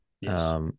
Yes